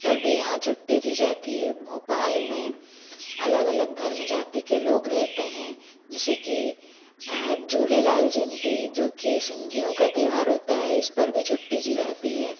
पर भी यहाँ छुट्टी दी जाती है भोपाल में अलग अलग धर्म जाति के लोग रहते हैं जिसे कि झूलेलाल जयंती जो कि सिंधियों का त्यौहार होता है इस पर भी छुट्टी दी जाती है